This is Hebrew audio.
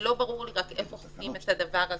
רק לא ברור לי איך אוכפים את זה,